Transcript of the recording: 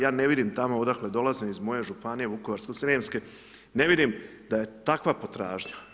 Ja ne vidim tamo odakle dolazim iz moje županije Vukovarsko-srijemske ne vidim da je takva potražnja.